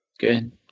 good